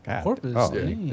Corpus